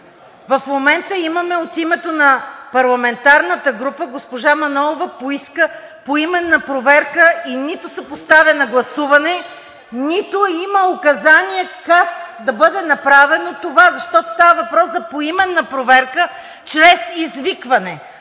В момента имаме от името на парламентарната група – госпожа Манолова поиска поименна проверка – и нито се поставя на гласуване, нито има указание как да бъде направено това, защото става въпрос за поименна проверка чрез извикване.